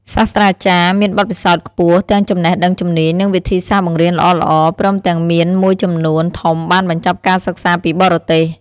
សាស្ត្រាចារ្យមានបទពិសោធន៍ខ្ពស់ ទាំងចំណេះដឹងជំនាញ និងវិធីសាស្ត្របង្រៀនល្អៗ ព្រមទាំងមានមួយចំនួនធំបានបញ្ចប់ការសិក្សាពីបរទេស។